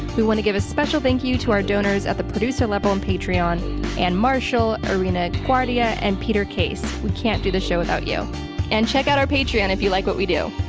we want to give a special thank you to our donors at the producer level on and patreon anne marshall, arina laguardia and peter. case, we can't do the show without you and check out our patreon if you like what we do.